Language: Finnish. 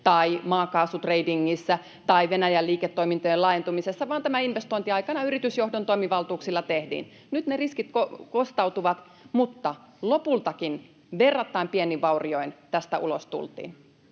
tai maakaasu-tradingissa tai Venäjän liiketoimintojen laajentumisessa, vaan tämä investointi aikanaan yritysjohdon toimivaltuuksilla tehtiin. Nyt ne riskit kostautuvat, mutta lopultakin verrattain pienin vaurioin tästä ulos tultiin.